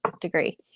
degree